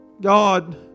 God